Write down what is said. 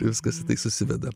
viskas susiveda